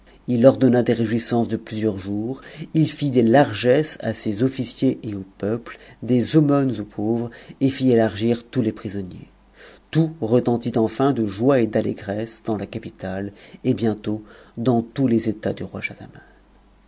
ii ordonna des réjouissances de plusieurs jours il fit des largesses à ses officiers et au peuple des aumônes aux pauvres et fit efargir tous les prisonniers tout retentit enfin de joie et d'allégresse dans la capitale et bientôt dans tous les états du roi